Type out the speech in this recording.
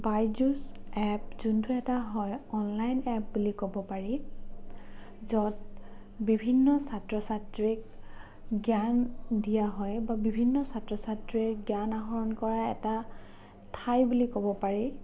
BYJU'S app যোনটো এটা হয় অনলাইন এপ বুলি ক'ব পাৰি য'ত বিভিন্ন ছাত্ৰ ছাত্ৰীক জ্ঞান দিয়া হয় বা বিভিন্ন ছাত্ৰ ছাত্ৰীয়ে জ্ঞান আহৰণ কৰা এটা ঠাই বুলি ক'ব পাৰি